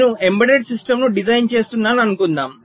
నేను ఎంబెడెడ్ సిస్టమ్ను డిజైన్ చేస్తున్నాను అనుకుందాం